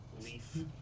leaf